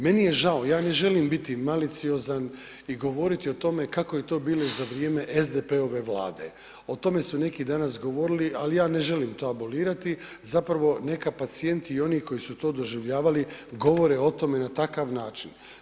Meni je žao, ja ne želim biti maliciozan i govoriti o tome kako je to bilo za vrijeme SDP-ove vlade, o tome su neki danas govorili, ali ja ne želim to abolirati, zapravo neka pacijenti i oni koji su to doživljavali govore o tome na takav način.